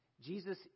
Jesus